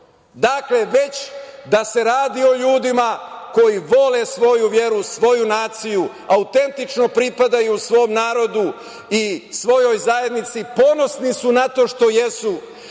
Dakle, već da se radi o ljudima koji vole svoju veru, svoju naciju, autentično pripadaju svom narodu i svojoj zajednici, ponosni su na to što jesu,